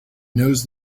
knows